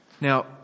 now